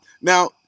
now